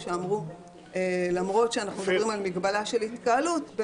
שאמרו שלמרות שמדובר על מגבלה של התקהלות,